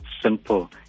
simple